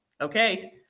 Okay